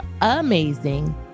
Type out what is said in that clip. amazing